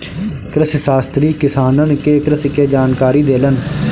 कृषिशास्त्री किसानन के कृषि के जानकारी देलन